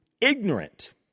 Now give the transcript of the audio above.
ignorant